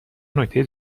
نکته